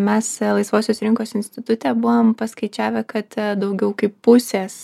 mes laisvosios rinkos institute buvom paskaičiavę kad daugiau kaip pusės